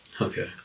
Okay